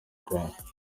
rwanda